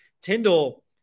Tyndall